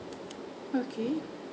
okay